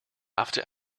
after